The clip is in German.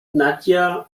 nadja